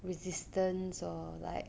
resistance or like